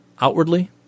Outwardly